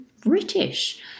British